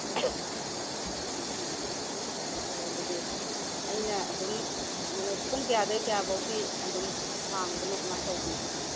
ꯑꯥ ꯐꯔꯦ ꯐꯔꯦ ꯑꯗꯨꯗꯤ ꯑꯩꯅ ꯑꯗꯨꯝ ꯄꯨꯡ ꯀꯌꯥꯗꯒꯤ ꯀꯌꯥꯐꯥꯎꯗꯤ ꯑꯗꯨꯝ ꯍꯥꯡꯕꯅꯣ ꯀꯃꯥꯏꯅ ꯇꯧꯕꯅꯣ